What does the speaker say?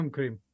Cream